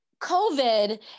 COVID